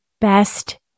best